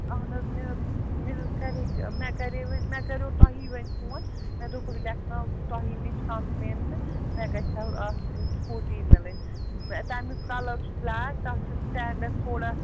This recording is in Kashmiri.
اَہن حظ مےٚ حظ مےٚ حظ کَرے مےٚ کَرے وۄنۍ مےٚ کَریو تۄہی وۄنۍ فون مےٚ دوٚپ بہٕ لیکھناو تۄہی نِش کَمپٕلین تہٕ مےٚ گَژھہَو اَتھ سٕکوٗٹی مِلٕنۍ مےٚ تَمیُک کَلَر چھُ بٕلیک تَتھ چھُ سٕٹینڈَس تھوڑا